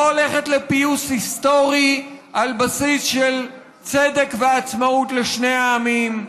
לא הולכת לפיוס היסטורי על בסיס של צדק ועצמאות לשני העמים,